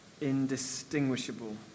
indistinguishable